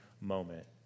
moment